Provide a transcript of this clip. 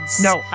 no